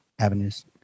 avenues